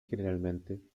generalmente